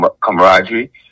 camaraderie